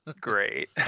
great